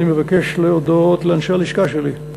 אני מבקש להודות לאנשי הלשכה שלי: